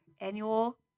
annual